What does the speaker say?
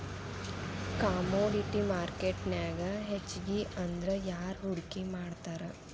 Commodity ಮಾರ್ಕೆಟ್ನ್ಯಾಗ್ ಹೆಚ್ಗಿಅಂದ್ರ ಯಾರ್ ಹೂಡ್ಕಿ ಮಾಡ್ತಾರ?